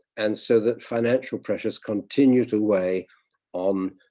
and so that financial pressures continue to weigh on